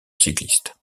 cycliste